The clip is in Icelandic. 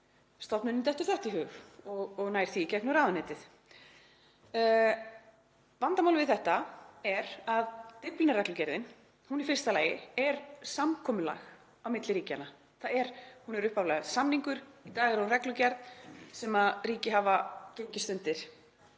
Stofnuninni dettur þetta í hug og nær því í gegnum ráðuneytið. Vandamálið við þetta er að Dyflinnarreglugerðin er í fyrsta lagi samkomulag á milli ríkjanna. Hún var upphaflega samningur, í dag er hún reglugerð sem ríki hafa gengist undir.